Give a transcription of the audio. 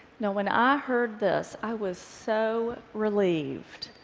now when i heard this, i was so relieved.